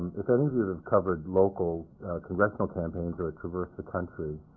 if any of you have covered local congressional campaigns or traversed the country,